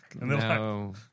no